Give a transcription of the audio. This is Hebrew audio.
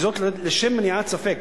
לשם מניעת ספק